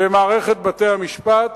במערכת בתי-המשפט,